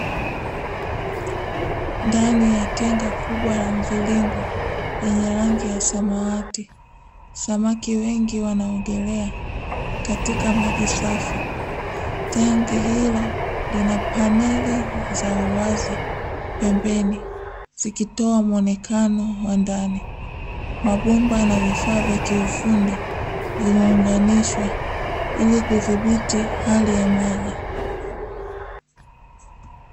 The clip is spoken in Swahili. Ndani ya tenga kubwa la mviringo lenye rangi ya samawati, samaki wengi wanaogelea katika maji safi. Tangi hilo lina paneli za uwazi pembeni zikitoa mwonekano wa ndani. Mabomba na vifaa vya kiufundi vimeunganishwa ili kudhibiti hali ya maji.